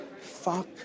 fuck